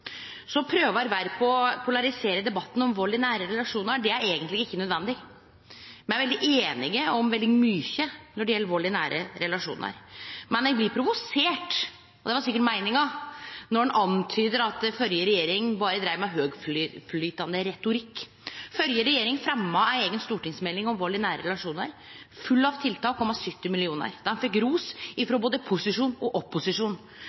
polarisere debatten om vald i nære relasjonar. Det er eigentleg ikkje nødvendig. Me er veldig einige om veldig mykje når det gjeld vald i nære relasjonar. Men eg blir provosert – og det var sikkert meininga – når han antydar at førre regjering berre dreiv med høgtflygande retorikk. Førre regjering fremja ei eiga stortingsmelding om vald i nære relasjonar – full av tiltak og med meir enn 70 mill. kr. Meldinga fekk ros frå både posisjon og opposisjon.